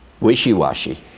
wishy-washy